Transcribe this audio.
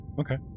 Okay